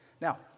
Now